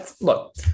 Look